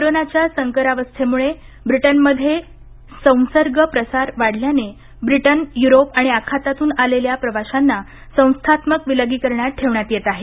कोरोनाच्या संकरावस्थेमुळे ब्रिटनमध्ये संसर्ग प्रसार वाढल्याने ब्रिटन यूरोप आणि आखातातून आलेल्या प्रवाशांना संस्थात्मक विलगीकरणात ठेवण्यात येत आहे